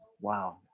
Wow